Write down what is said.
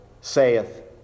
saith